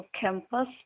campus